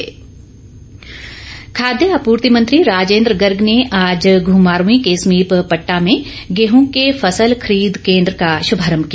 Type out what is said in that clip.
राजेंद्र गर्ग खाद्य आपूर्ति मंत्री राजेंद्र गर्ग ने आज घुमारवीं के समीप पट्टा में गेंह के फसल खरीद केंद्र का शुभारम्म किया